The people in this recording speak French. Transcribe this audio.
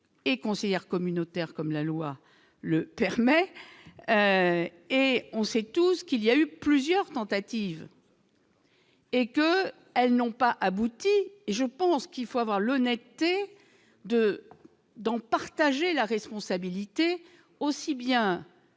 et conseillère communautaire, comme la loi le permet et on sait tout ce qu'il y a eu plusieurs tentatives. Et que, elles n'ont pas abouti et je pense qu'il faut avoir l'honnêteté de d'en partager la responsabilité aussi bien